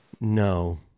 No